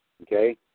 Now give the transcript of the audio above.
Okay